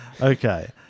Okay